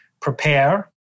prepare